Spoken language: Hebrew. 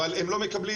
אבל הם לא מקבלים.